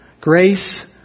grace